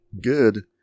good